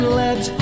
let